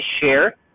share